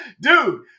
dude